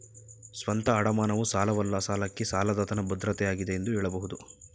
ಸ್ವಂತ ಅಡಮಾನವು ಸಾಲವಲ್ಲ ಸಾಲಕ್ಕೆ ಸಾಲದಾತನ ಭದ್ರತೆ ಆಗಿದೆ ಎಂದು ಹೇಳಬಹುದು